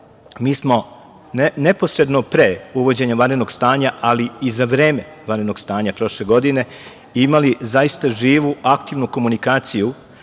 mi smo neposredno pre uvođenja vanrednog stanja, ali i za vreme vanrednog stanja prošle godine imali zaista živu aktivnu komunikaciju